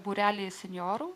būreliai senjorų